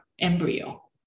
embryo